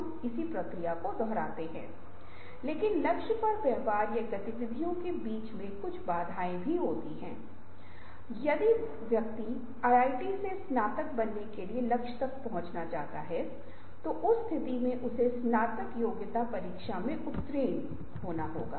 आपके दिमाग में यह विचार आ सकता है कि हम अब अखबार का उपयोग नहीं करेंगे और यदि आप काँच को लपेटने के लिए किसी अन्य पदार्थ का उपयोग करते हैं तो उस स्थिति में हमें लागत के साथ मेल खाना होगा